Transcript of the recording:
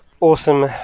awesome